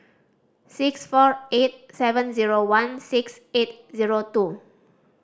six four eight seven zero one six eight zero two